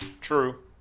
True